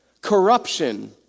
Corruption